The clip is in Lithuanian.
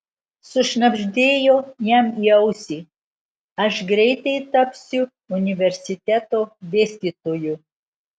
sušnabždėjo jam į ausį aš greitai tapsiu universiteto dėstytoju